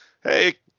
hey